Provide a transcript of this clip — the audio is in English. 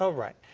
so right.